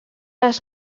les